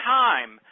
time